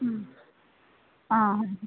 आं